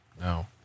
no